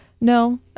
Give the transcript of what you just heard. No